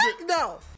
No